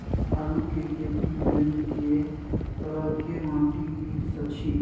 आलू के खेती लेल के तरह के माटी उपयुक्त अछि?